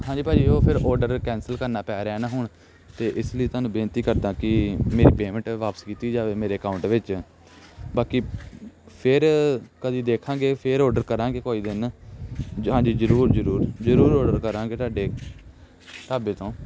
ਹਾਂਜੀ ਭਾਅ ਜੀ ਉਹ ਫਿਰ ਔਡਰ ਕੈਂਸਲ ਕਰਨਾ ਪੈ ਰਿਹਾ ਨਾ ਹੁਣ ਅਤੇ ਇਸ ਲਈ ਤੁਹਾਨੂੰ ਬੇਨਤੀ ਕਰਦਾ ਕਿ ਮੇਰੀ ਪੇਮੈਂਟ ਵਾਪਸ ਕੀਤੀ ਜਾਵੇ ਮੇਰੇ ਅਕਾਊਂਟ ਵਿੱਚ ਬਾਕੀ ਫਿਰ ਕਦੀ ਦੇਖਾਂਗੇ ਫਿਰ ਔਡਰ ਕਰਾਂਗੇ ਕੋਈ ਦਿਨ ਹਾਂਜੀ ਜ਼ਰੂਰ ਜ਼ਰੂਰ ਜ਼ਰੂਰ ਔਡਰ ਕਰਾਂਗੇ ਤੁਹਾਡੇ ਢਾਬੇ ਤੋਂ